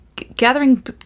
gathering